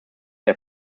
der